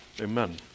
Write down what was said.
Amen